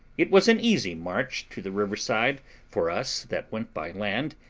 it was an easy march to the river side for us that went by land,